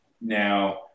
Now